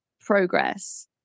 progress